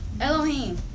Elohim